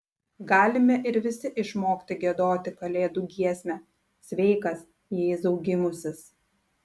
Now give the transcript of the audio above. galime ir visi išmokti giedoti kalėdų giesmę sveikas jėzau gimusis